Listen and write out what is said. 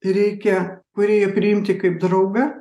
reikia kūrėją priimti kaip draugą